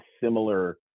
similar